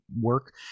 work